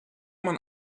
man